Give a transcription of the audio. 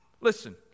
Listen